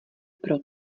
pro